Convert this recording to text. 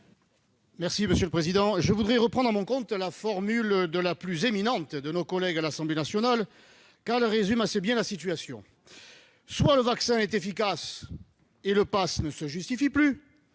présenter l'amendement n° 83. Je voudrais reprendre à mon compte la formule de la plus éminente de nos collègues de l'Assemblée nationale, car elle résume assez bien la situation :« Soit le vaccin est efficace et le passe ne se justifie plus